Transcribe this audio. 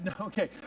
Okay